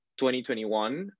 2021